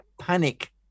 panic